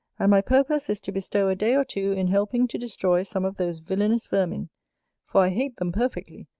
and my purpose is to bestow a day or two in helping to destroy some of those villanous vermin for i hate them perfectly,